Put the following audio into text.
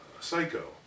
Psycho